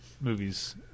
movies –